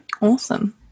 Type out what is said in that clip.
awesome